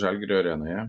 žalgirio arenoje